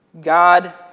God